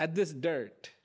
at this dirt